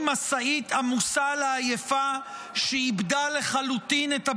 משאית עמוסה לעייפה שאיבדה לחלוטין את הבלמים.